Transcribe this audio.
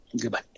Goodbye